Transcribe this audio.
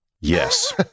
Yes